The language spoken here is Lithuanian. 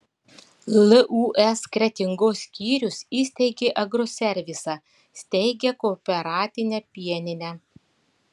lūs kretingos skyrius įsteigė agroservisą steigia kooperatinę pieninę